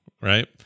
right